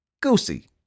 Goosey